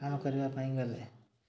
କାମ କରିବା ପାଇଁ ଗଲେ